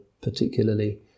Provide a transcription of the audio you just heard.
particularly